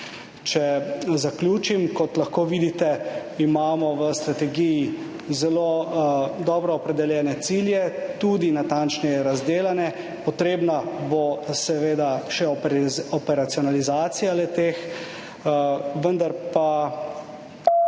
Če zaključim. Kot lahko vidite, imamo v strategiji zelo dobro opredeljene cilje, tudi natančneje razdelane. Potrebna bo seveda še operacionalizacija le-teh, vendar pa že